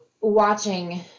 watching